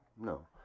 no